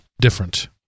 different